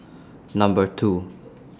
Number two